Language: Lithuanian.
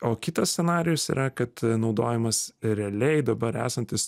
o kitas scenarijus yra kad naudojamas realiai dabar esantis